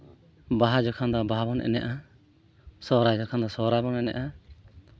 ᱵᱟᱦᱟ ᱡᱚᱠᱷᱚᱱ ᱫᱚ ᱵᱟᱦᱟ ᱵᱚᱱ ᱮᱱᱮᱡᱼᱟ ᱥᱚᱨᱦᱟᱭ ᱡᱚᱠᱷᱚᱱ ᱫᱚ ᱥᱚᱦᱨᱟᱭ ᱵᱚᱱ ᱮᱱᱮᱡᱼᱟ